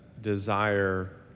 desire